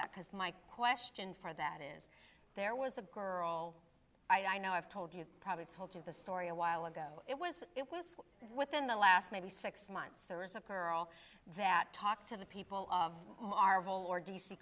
that because my question for that is there was a girl i know i've told you probably told you the story a while ago it was within the last maybe six months there is a girl that talked to the people of marvel or d